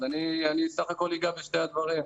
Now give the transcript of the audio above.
אז אני בסך הכול הגבתי על שני הדברים.